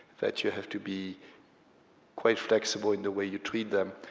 that you have to be quite flexible in the way you treat them,